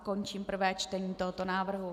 Končím prvé čtení tohoto návrhu.